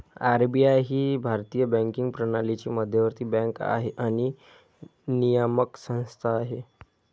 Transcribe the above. RBI ही भारतीय banking प्रणालीची मध्यवर्ती बँक आणि नियामक संस्था आहे